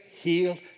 healed